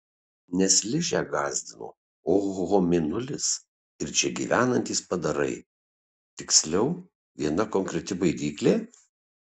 nes ližę gąsdino ohoho mėnulis ir čia gyvenantys padarai tiksliau viena konkreti baidyklė